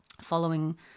following